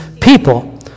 people